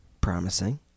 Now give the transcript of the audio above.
promising